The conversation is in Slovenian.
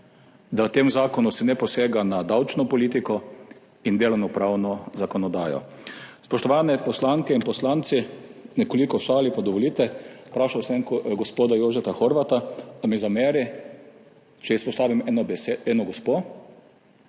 v tem zakonu ne posega v davčno politiko in delovnopravno zakonodajo. Spoštovane poslanke in poslanci! Nekoliko v šali pa dovolite, vprašal sem gospoda Jožeta Horvata, ali mi zameri, če izpostavim eno gospo,